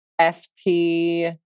FP